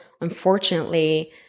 Unfortunately